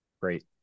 Great